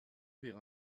vers